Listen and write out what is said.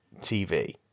TV